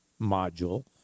module